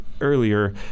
earlier